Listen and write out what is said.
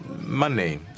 money